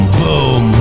boom